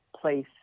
place